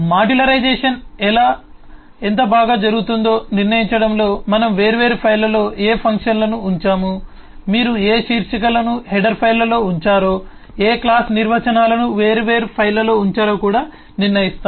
modularisation ఎంత బాగా జరుగుతుందో నిర్ణయించడంలో మనం వేర్వేరు ఫైళ్ళలో ఏ ఫంక్షన్లను ఉంచాము మీరు ఏ శీర్షికలను హెడర్ ఫైళ్ళలో ఉంచారో ఏ క్లాస్ నిర్వచనాలను వేర్వేరు ఫైళ్ళలో ఉంచారో కూడా నిర్ణయిస్తారు